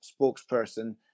spokesperson